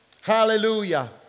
Hallelujah